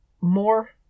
more